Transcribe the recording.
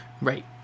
Right